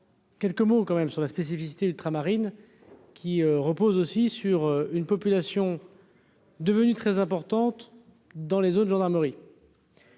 Quelques mots quand même sur la spécificité ultramarine qui repose aussi sur une population devenue très importante dans les zones gendarmerie